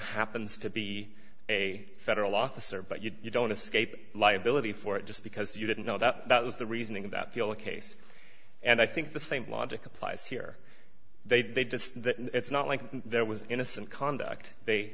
happens to be a federal officer but you don't escape liability for it just because you didn't know that was the reasoning that feel a case and i think the same logic applies here they just that it's not like there was innocent conduct they